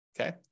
okay